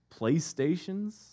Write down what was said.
PlayStations